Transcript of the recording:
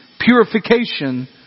purification